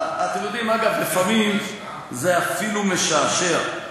אתם יודעים, אגב, לפעמים זה אפילו משעשע.